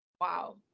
wow